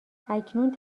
اکنون